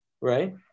right